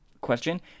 question